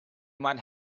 might